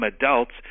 adults